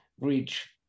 reach